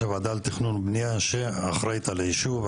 הוועדה לתכנון ובנייה שאחראית על היישוב,